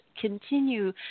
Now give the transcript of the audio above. Continue